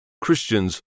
Christians